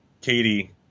Katie